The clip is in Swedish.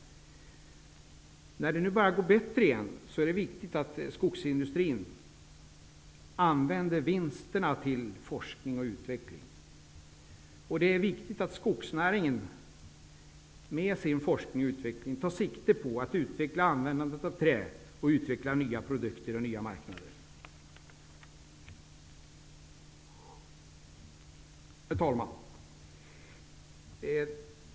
När det nu börjar gå bättre igen är det viktigt att skogsindustrin använder vinsterna till forskning och utveckling. Det är viktigt att skogsnäringen med sin forskning och utveckling tar sikte på att utveckla användandet av trä och att utveckla nya produkter och nya marknader. Herr talman!